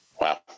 Wow